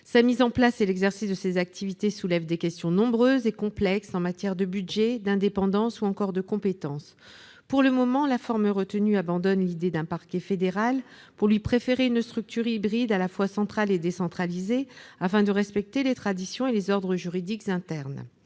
Sa mise en place et l'exercice de ses activités soulèvent des questions nombreuses et complexes en matière de budget, d'indépendance, ou encore de compétence. Pour le moment, la forme retenue abandonne l'idée d'un parquet fédéral pour lui préférer une structure hybride, à la fois centrale et décentralisée, afin de respecter les traditions et les ordres juridiques internes.